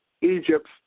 Egypt